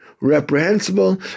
reprehensible